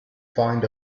find